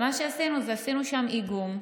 עשינו שם איגום,